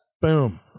boom